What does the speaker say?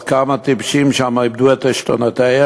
אז כמה טיפשים שם איבדו את עשתונותיהם,